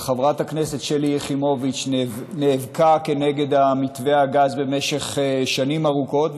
אבל חברת הכנסת שלי יחימוביץ נאבקה כנגד מתווה הגז במשך שנים ארוכות,